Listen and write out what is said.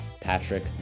patrick